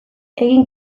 egin